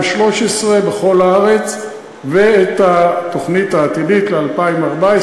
בכל הארץ ואת התוכנית העתידית ל-2014.